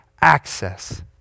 access